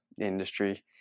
industry